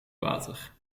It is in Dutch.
water